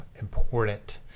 important